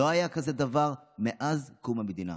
לא היה כזה דבר מאז קום המדינה.